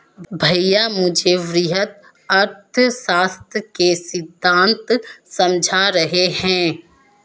भैया मुझे वृहत अर्थशास्त्र के सिद्धांत समझा रहे हैं